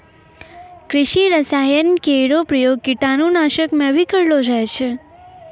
कृषि रसायन केरो प्रयोग कीटाणु नाशक म भी करलो जाय छै